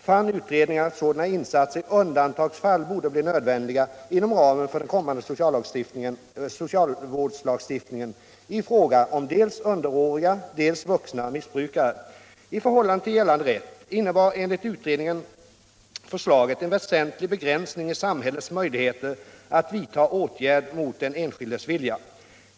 fann utredningen att sådana insatser i undantagsfall kunde bli nödvändiga inom ramen för den kommande socialvårdslagstiftningen i fråga om dels underåriga, dels vuxna missbrukare. I förhållande till gällande rätt innebar förslaget enligt utredningen en väsentlig begränsning i samhällets möjligheter att vidta åtgärd mot den enskildes vilja.